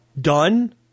done